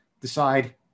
decide